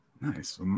nice